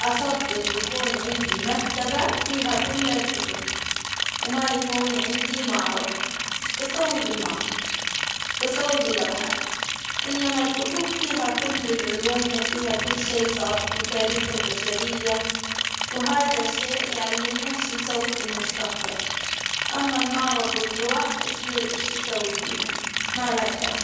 أفضل يكون عندي مكتبة فيها كل الكتب، وما يكون عندي معرض، إيش بسوي بالمعرض؟ إيش بسوي باللوحات؟ إنما الكتب فيها كل العلوم، وفيها كل شي صار، وتاريخ البشرية، وهذا الشيء يعلمنا شو نسوي في المستقبل، أما المعرض واللوح إيش أسوي فيها، ما لها فايدة.